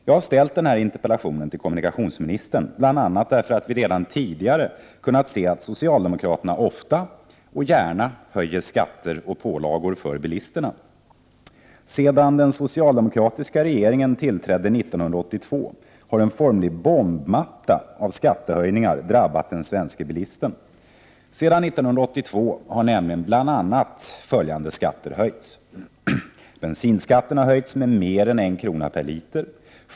Jag har ställt denna interpellation till kommunikationsministern bl.a. därför att vi redan tidigare kunnat se att socialdemokraterna ofta och gärna höjer skatter och pålagor för bilisterna. Sedan den socialdemokratiska regeringen tillträdde 1982 har en formlig bombmatta av skattehöjningar drabbat den svenske bilisten. Sedan 1982 har nämligen bl.a. följande skatter höjts. Bensinskatten har höjts med mer än en krona per liter.